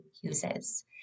uses